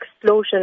explosion